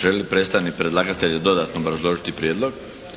Želi li predstavnik predlagatelja dodatno obrazložiti prijedlog?